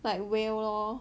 like whale lor